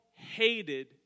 hated